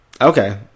okay